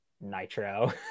Nitro